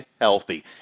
healthy